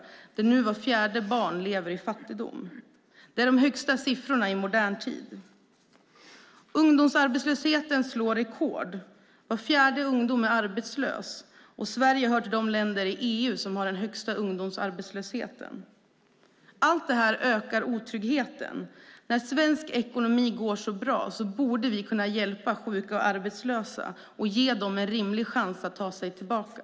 Av dem lever nu vart fjärde barn i fattigdom. Det är de högsta siffrorna i modern tid. Ungdomsarbetslösheten slår rekord. Var fjärde ung människa är arbetslös. Sverige hör till de länder i EU som har den högsta ungdomsarbetslösheten. Allt detta ökar otryggheten. När svensk ekonomi går så bra borde vi kunna hjälpa sjuka och arbetslösa och ge dem en rimlig chans att ta sig tillbaka.